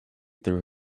through